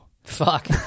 Fuck